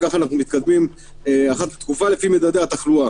כך אנחנו מתקדמים לפי מדדי התחלואה.